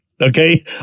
okay